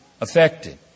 affected